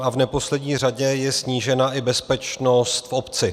V neposlední řadě je snížena i bezpečnost v obci.